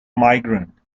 migrant